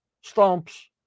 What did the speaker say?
stumps